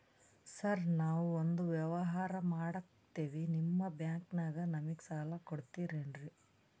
Sir ನಾವು ಒಂದು ವ್ಯವಹಾರ ಮಾಡಕ್ತಿವಿ ನಿಮ್ಮ ಬ್ಯಾಂಕನಾಗ ನಮಿಗೆ ಸಾಲ ಕೊಡ್ತಿರೇನ್ರಿ?